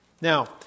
Now